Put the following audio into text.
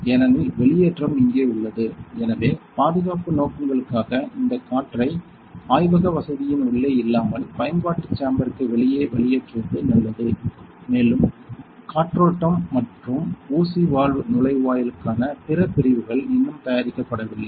ஏனெனில் வெளியேற்றம் இங்கே உள்ளது எனவே பாதுகாப்பு நோக்கங்களுக்காக இந்த காற்றை ஆய்வக வசதியின் உள்ளே இல்லாமல் பயன்பாட்டு சேம்பர்க்கு வெளியே வெளியேற்றுவது நல்லது மேலும் காற்றோட்டம் மற்றும் ஊசி வால்வு நுழைவாயிலுக்கான பிற பிரிவுகள் இன்னும் தயாரிக்கப்படவில்லை